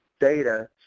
data